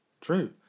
true